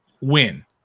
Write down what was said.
win